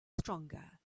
stronger